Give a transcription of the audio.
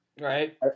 Right